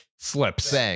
Slips